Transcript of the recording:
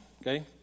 okay